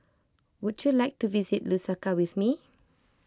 would you like to visit Lusaka with me